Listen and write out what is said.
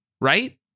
right